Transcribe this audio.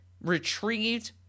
retrieved